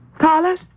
Carlos